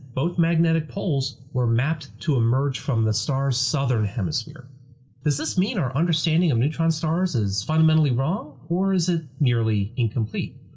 both magnetic poles were mapped to emerge from the star's southern hemisphere. does this mean our understanding of neutron stars is fundamentally wrong, or is it merely incomplete?